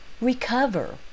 Recover